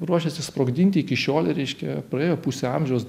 ruošėsi sprogdinti iki šiol reiškia praėjo pusę amžiaus